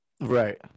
Right